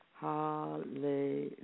hallelujah